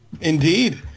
Indeed